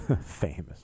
Famous